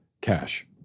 cash